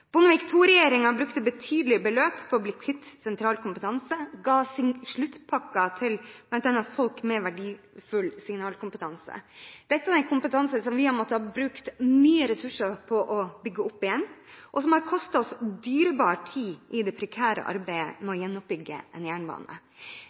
Bondevik II-regjeringen brukte betydelige beløp på å bli kvitt sentral kompetanse – de ga sluttpakke bl.a. til folk med verdifull signalkompetanse. Dette er en kompetanse som vi har måttet bruke mye ressurser på å bygge opp igjen, og som har kostet oss dyrebar tid i det prekære arbeidet med